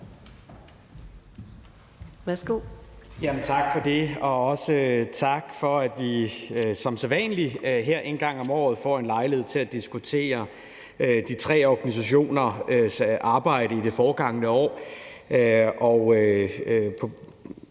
Tak for det. Og også tak for, at vi som sædvanlig her en gang om året får en lejlighed til at diskutere de tre organisationers arbejde i det forgangne år.